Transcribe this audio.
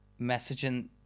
messaging